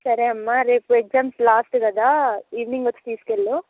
సరే అమ్మ రేపు ఎగ్జామ్స్ లాస్ట్ కదా ఈవెనింగ్ వచ్చి తీసుకు వెళ్ళు